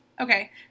Okay